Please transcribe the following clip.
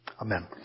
Amen